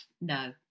No